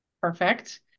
Perfect